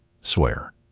swear